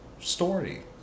story